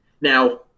Now